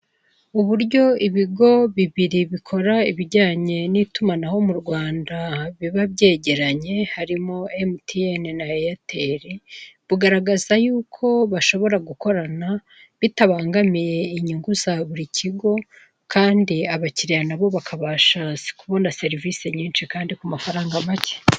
Uburyo ibigo bibiri bikora ibijyanye n'itumanaho mu Rwanda biba byegeranye, harimo Emutiyeni na eyateri, bugaragaza y'uko bashobora gukorana bitabangamiye inyungu za buri kigo, kandi abakiriya nabo bakabasha kubona serivise nyinshi kandi ku mafaranga make.